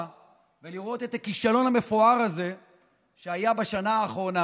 ולראות את הכישלון המפואר הזה שהיה בשנה האחרונה.